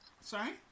Sorry